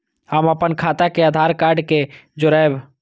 हम अपन खाता के आधार कार्ड के जोरैब?